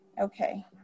okay